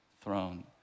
throne